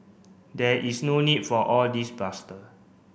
there is no need for all this bluster